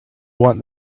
want